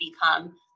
become